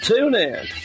TuneIn